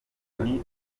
ubumenyi